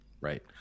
Right